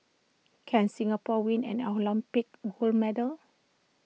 can Singapore win an Olympic gold medal